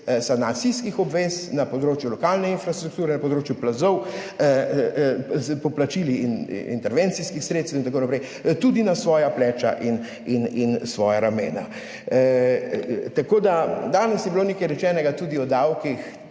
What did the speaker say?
sanacijskih obvez na področju lokalne infrastrukture, na področju plazov s poplačili intervencijskih sredstev in tako naprej tudi na svoja pleča in svoja ramena. Danes je bilo nekaj rečenega tudi o davkih.